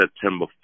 september